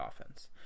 offense